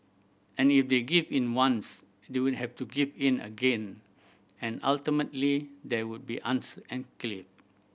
and if they give in once they would have to give in again and ultimately they would be